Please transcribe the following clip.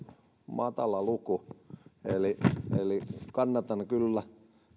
matala luku eli kannatan kyllä